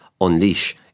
unleash